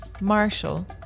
Marshall